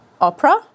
opera